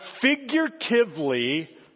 figuratively